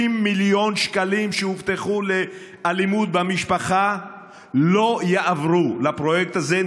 50 מיליון שקלים שהובטחו לעניין אלימות במשפחה לא יועברו לפרויקט הזה,